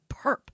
perp